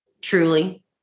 truly